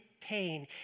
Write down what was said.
pain